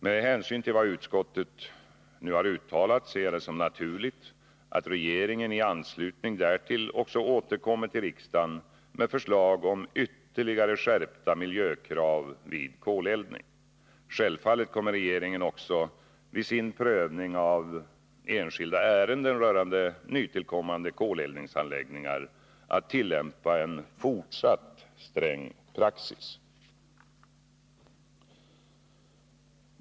Med hänsyn till vad utskottet nu har uttalat ser jag det som naturligt att regeringen i anslutning därtill också återkommer till riksdagen med förslag om ytterligare skärpta miljökrav vid koleldning. Självfallet kommer regeringen också vid sin prövning av enskilda ärenden rörande nytillkommande koleldningsanläggningar att tillämpa en fortsatt sträng praxis.